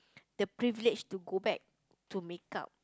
the privilege to go back to make up